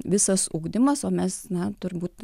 visas ugdymas o mes na turbūt